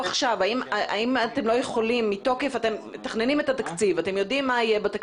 אתם מתכננים את התקציב ואתם יודעים מה יהיה בו,